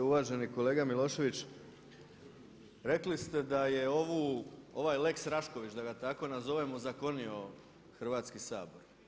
Uvaženi kolega Milošević, rekli ste da je ovaj lex Rašković da ga tako nazovem ozakonio Hrvatski sabor.